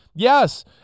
Yes